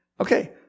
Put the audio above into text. Okay